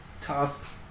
tough